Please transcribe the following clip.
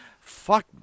Fuck